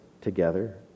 together